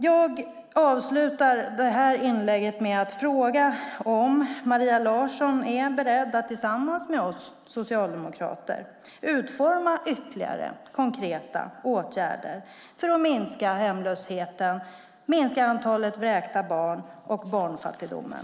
Jag avslutar det här inlägget med att fråga om Maria Larsson är beredd att tillsammans med oss socialdemokrater utforma ytterligare konkreta åtgärder för att minska hemlösheten, antalet vräkta barn och barnfattigdomen.